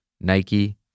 Nike